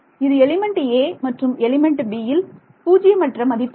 இது element 'a' மற்றும் element 'b' யில் பூஜ்ஜியமற்ற மதிப்பாகும்